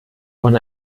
von